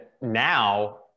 now